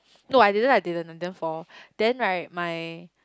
no I didn't I didn't I then fall then right my